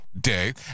day